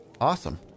Awesome